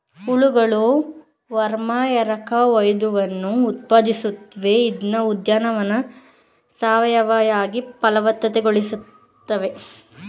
ಹುಳಗಳು ವರ್ಮ್ ಎರಕಹೊಯ್ದವನ್ನು ಉತ್ಪಾದಿಸುತ್ವೆ ಇದ್ನ ಉದ್ಯಾನವನ್ನ ಸಾವಯವವಾಗಿ ಫಲವತ್ತತೆಗೊಳಿಸಿಕೆ ಬಳಸ್ಬೋದು